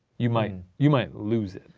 you might you might lose it.